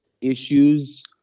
issues